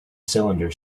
cylinder